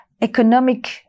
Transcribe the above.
economic